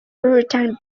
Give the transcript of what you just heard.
puritan